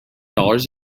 dollars